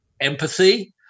empathy